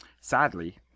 Sadly